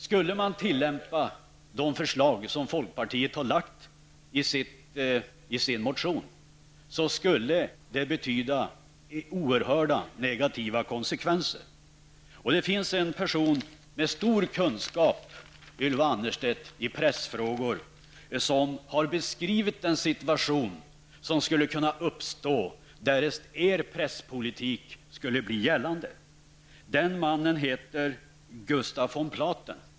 Skulle man tillämpa de förslag som folkpartiet har lagt fram i sin motion skulle det få oerhörda negativa konsekvenser. Det finns, Ylva Annerstedt, en person med stor kunskap i pressfrågor. Den personen har beskrivit den situation som skulle uppstå därest er partipolitik skulle bli gällande. Den mannen heter Gustaf von Platen.